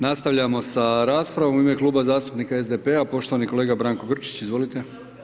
Nastavljamo sa raspravom, u ime kluba zastupnika SDP-a poštovani kolega Branko Grčić, izvolite.